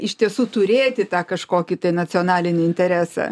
iš tiesų turėti tą kažkokį tai nacionalinį interesą